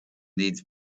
needs